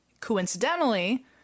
coincidentally